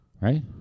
right